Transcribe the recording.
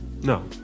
No